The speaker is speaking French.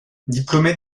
diplômé